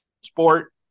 sport